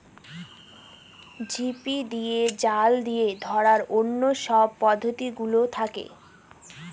ঝিপি দিয়ে, জাল দিয়ে ধরার অন্য সব পদ্ধতি গুলোও থাকে